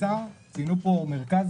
שיווק.